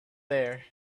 there